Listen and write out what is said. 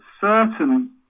certain